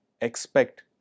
expect